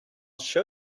show